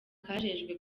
kajejwe